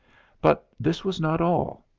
but this was not all.